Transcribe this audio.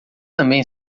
também